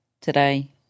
today